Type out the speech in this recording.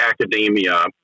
academia